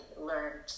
learned